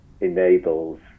enables